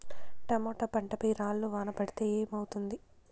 Tomato పంట పై రాళ్లు వాన పడితే ఏమవుతుంది?